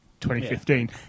2015